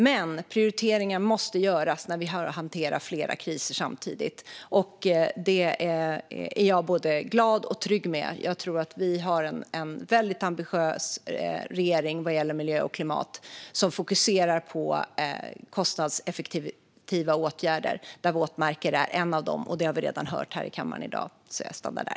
Men prioriteringar måste göras när vi har att hantera flera kriser samtidigt, och det är jag trygg med. Jag tror att vi har en väldigt ambitiös regering vad gäller miljö och klimat, och den fokuserar på kostnadseffektiva åtgärder, varav en gäller våtmarker. Men detta har vi redan har hört om här i kammaren i dag, så jag stannar där.